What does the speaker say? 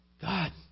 God